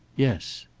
yes.